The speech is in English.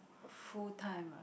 full time ah